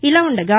ఇలా ఉండగా